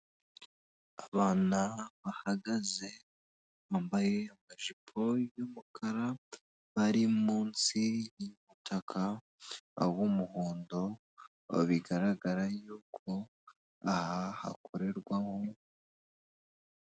Abantu bahagaze bambaye amajipo y'umukara bari munsi y'umutaka w'umuhondo ba bigaragara yuko aha hakorerwamo.